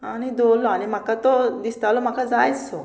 आनी दवरलो आनी म्हाका तो दिसतालो म्हाका जायच सो